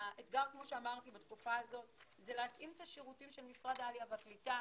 אני מתכבד לפתוח את הישיבה לציון יום העלייה בכנסת